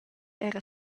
era